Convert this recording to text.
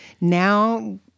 now